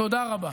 תודה רבה.